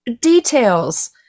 details